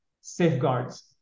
safeguards